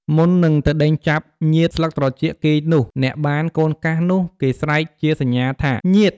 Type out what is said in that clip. មុននឹងទៅដេញចាប់ញៀចស្លឹកត្រចៀកគេនោះ អ្នកបាន "កូនកាស" នោះគេស្រែកជាសញ្ញាថា "ញៀច!"។